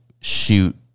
shoot